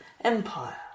empire